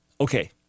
Okay